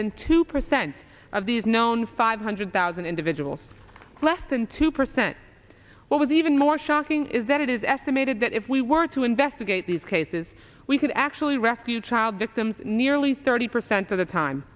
than two percent of these known five hundred thousand individuals less than two percent what was even more shocking is that it is estimated that if we were to investigate these cases we could actually rescued child victims nearly thirty percent of the time